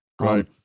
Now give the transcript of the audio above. Right